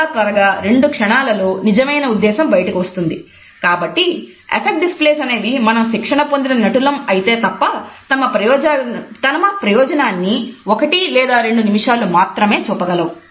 చాలా త్వరగా రెండు క్షణాల లో నిజమైన ఉద్దేశం బయటకు వస్తుంది కాబట్టి అఫక్ట్ డిస్ప్లేస్ అనేవి మనం శిక్షణ పొందిన నటులం అయితే తప్ప తమ ప్రయోజనాన్ని 1 లేదా 2 నిమిషాలు మాత్రమే చూపగలవు